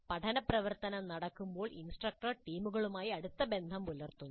പഠന പ്രവർത്തനം നടക്കുമ്പോൾ ഇൻസ്ട്രക്ടർ ടീമുകളുമായി അടുത്ത ബന്ധം പുലർത്തുന്നു